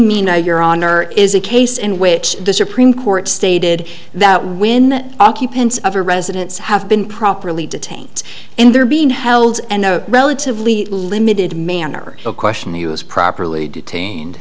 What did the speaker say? e no your honor is a case in which the supreme court stated that when the occupants of a residence have been properly detained and they're being held and a relatively limited manner of question the us properly detained